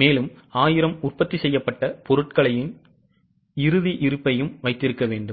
மேலும் 1000 உற்பத்தி செய்யப்பட்ட பொருட்களின் இறுதி இருப்பையும் வைத்திருக்க வேண்டும்